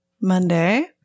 Monday